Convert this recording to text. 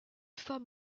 femme